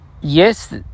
yes